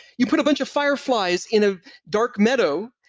you put a bunch of fireflies in a dark meadow,